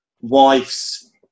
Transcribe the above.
wife's